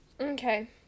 Okay